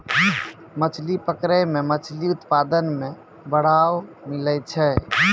मछली पकड़ै मे मछली उत्पादन मे बड़ावा मिलै छै